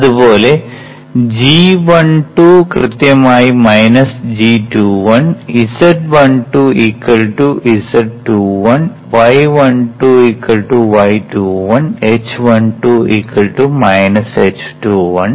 അതുപോലെ g12 കൃത്യമായി g21 z12 z21 y12 y21 h12 h21 g12 g21